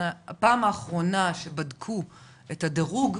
הפעם האחרונה שבדקו את הדרוג,